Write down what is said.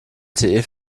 lte